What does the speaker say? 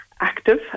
active